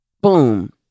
Boom